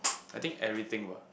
I think everything what